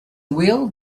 will